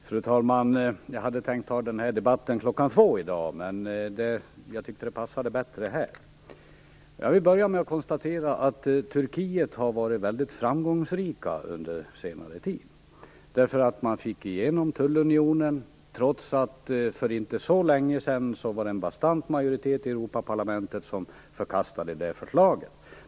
Fru talman! Jag hade tänkt ta upp den här debatten kl. 14.00 i dag, men jag tyckte att den passade bättre här. Jag vill börja med att konstatera att Turkiet har varit väldigt framgångsrikt under senare tid. Man fick igenom tullunionen, trots att det för inte så längesedan var en bastant majoritet i Europaparlamentet som förkastade det förslaget.